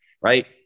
right